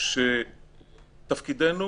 ותפקידנו